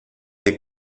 des